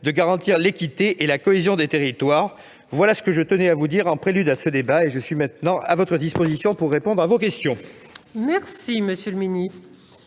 de garantir l'équité et la cohésion des territoires. Voilà ce que je tenais à vous dire en prélude à ce débat. Je suis maintenant à votre disposition pour répondre à vos questions. Nous allons maintenant